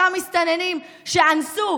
אותם מסתננים שאנסו,